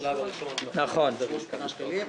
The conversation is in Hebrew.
בשלב הראשון לתקצב 8 מיליון שקלים.